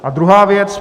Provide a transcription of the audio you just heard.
A druhá věc.